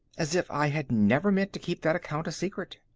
as if i had never meant to keep that account a secret.